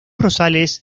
rosales